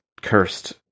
cursed